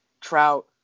Trout